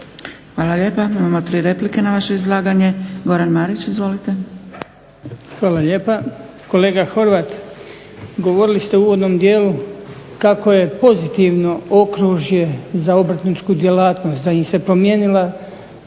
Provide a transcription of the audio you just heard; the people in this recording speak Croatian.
Hvala lijepa. Imamo tri replike na vaše izlaganje. Goran Marić, izvolite. **Marić, Goran (HDZ)** Hvala lijepa. Kolega Horvat, govorili ste u uvodnom dijelu kako je pozitivno okružje za obrtničku djelatnost, da im se promijenila